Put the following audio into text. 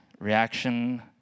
Reaction